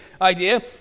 idea